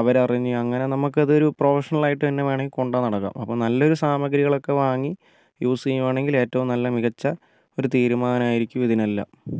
അവർ അറിഞ്ഞ് അങ്ങനെ നമുക്കതൊരു പ്രൊഫഷണൽ ആയിട്ട് തന്നെ വേണമെങ്കിൽ കൊണ്ടുനടക്കാം അപ്പം നല്ലൊരു സാമഗ്രികളൊക്കെ വാങ്ങി യൂസ് ചെയ്യുവാണെങ്കിൽ ഏറ്റവും നല്ല മികച്ച ഒരു തീരുമാനായിരിക്കും ഇതിനെല്ലാം